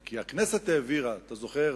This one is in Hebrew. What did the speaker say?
כי הכנסת העבירה, אתה זוכר?